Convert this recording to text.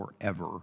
forever